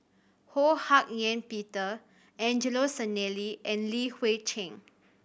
Ho Hak Ean Peter Angelo Sanelli and Li Hui Cheng